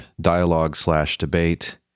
dialogue-slash-debate